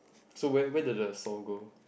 so where where did the saw go